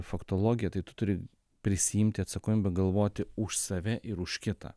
faktologija tai tu turi prisiimti atsakomybę galvoti už save ir už kitą